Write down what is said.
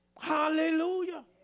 Hallelujah